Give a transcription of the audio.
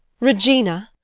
regina!